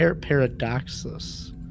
paradoxus